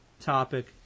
topic